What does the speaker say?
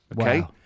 okay